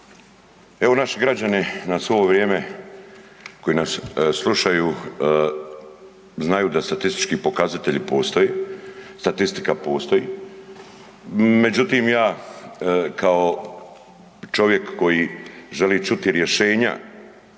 Evo naši građani nas ovo vrijeme koji nas slušaju znaju da statistički pokazatelji postoje, statistika postoji, međutim ja kao čovjek koji želi čuti rješenja